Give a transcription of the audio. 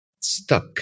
stuck